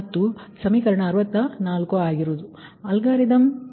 ಆದ್ದರಿಂದ ಅಲ್ಗಾರಿದಮ್